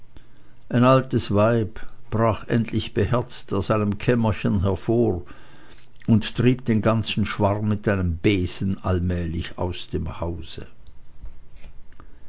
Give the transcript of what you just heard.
ein altes weib brach endlich beherzt aus einem kämmerchen hervor und trieb den ganzen schwarm mit einem besen allmählich aus dem hause